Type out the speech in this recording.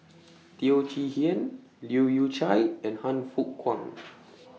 Teo Chee Hean Leu Yew Chye and Han Fook Kwang